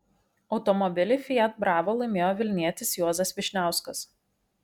automobilį fiat brava laimėjo vilnietis juozas vyšniauskas